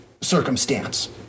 circumstance